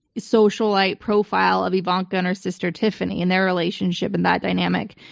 socialite profile of ivanka and her sister, tiffany, and their relationship and that dynamic.